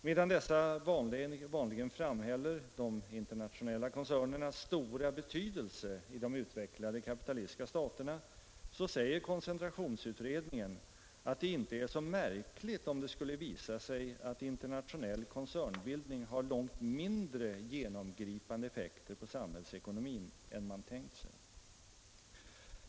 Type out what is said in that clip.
Medan man vanligen framhåller de internationella koncernernas stora betydelse i de utvecklade kapitalistiska staterna säger koncentrationsutredningen att det ”inte är så märkligt om det skulle visa sig att internationell koncernbildning har långt mindre genomgripande effekter på samhällsekonomin än man tänkt sig”.